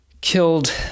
killed